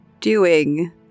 doing-